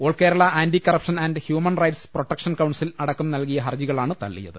all Kerala anti corruption and human rights protection council അ ടക്കം നൽകിയ ഹർജികളാണ് തള്ളിയത്